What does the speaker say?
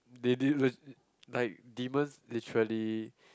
they de~ le~ like demons literally